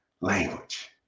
language